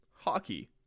hockey